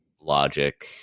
logic